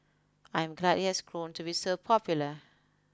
I'm glad it has grown to be so popular